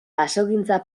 basogintza